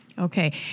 Okay